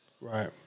Right